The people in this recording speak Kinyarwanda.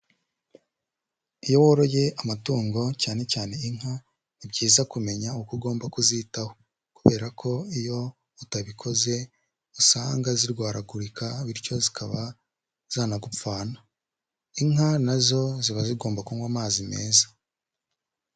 Iyo woroye amatungo cyane cyane inka, ni byiza kumenya uko ugomba kuzitaho kubera ko iyo utabikoze usanga zirwaragurika bityo zikaba zanagupfana, inka nazo ziba zigomba kunywa amazi meza.